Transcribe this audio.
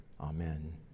Amen